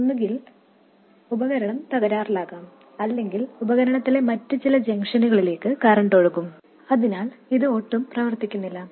ഒന്നുകിൽ ഉപകരണം തകരാറിലാകാം അല്ലെങ്കിൽ ഉപകരണത്തിലെ മറ്റ് ചില ജംഗ്ഷനുകളിലേക്ക് കറന്റ് ഒഴുകും അതിനാൽ ഇത് ഒട്ടും പ്രവർത്തിക്കുന്നില്ല